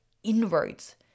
Inroads